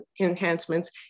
enhancements